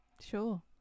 sure